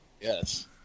Yes